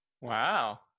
wow